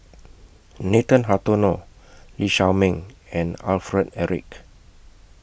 Nathan Hartono Lee Shao Meng and Alfred Eric